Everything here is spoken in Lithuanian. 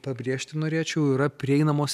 pabrėžti norėčiau yra prieinamos